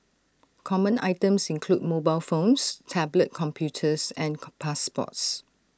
common items include mobile phones tablet computers and car passports